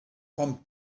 from